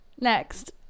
next